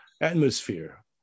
atmosphere